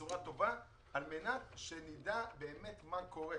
בצורה טובה, על מנת שנדע באמת מה קורה.